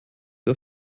der